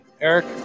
Eric